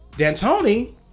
D'Antoni